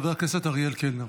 חבר הכנסת אריאל קלנר.